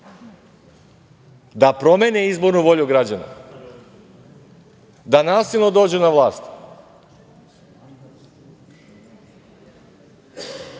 da promene izbornu volju građana, da nasilno dođu na vlast. To